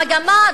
המגמה,